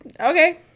Okay